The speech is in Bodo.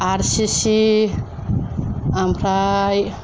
आर सि सि ओमफ्राइ